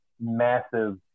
massive